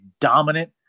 dominant